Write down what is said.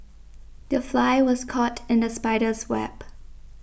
the fly was caught in the spider's web